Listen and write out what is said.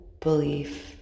belief